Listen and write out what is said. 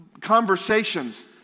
conversations